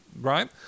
right